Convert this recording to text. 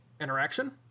interaction